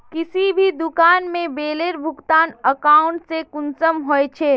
किसी भी दुकान में बिलेर भुगतान अकाउंट से कुंसम होचे?